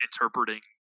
interpreting